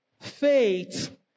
faith